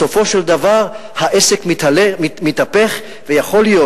בסופו של דבר העסק מתהפך ויכול להיות